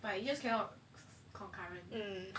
but you just cannot concurrent